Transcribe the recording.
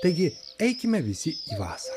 taigi eikime visi į vasarą